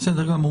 בסדר גמור.